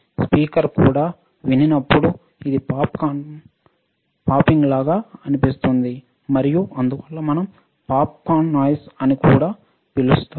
speaker ద్వారా వినినప్పుడు ఇది పాప్కార్న్ పాపింగ్ లాగా అనిపిస్తుంది మరియు అందువల్ల పాప్కార్న్ నాయిస్ అని కూడా పిలుస్తారు